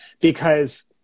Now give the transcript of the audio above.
because-